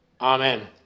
Amen